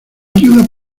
ayuda